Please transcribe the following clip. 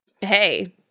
hey